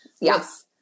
Yes